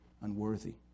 Unworthy